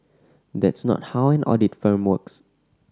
that's not how an audit firm works